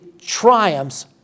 triumphs